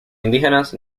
indígenas